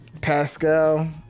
Pascal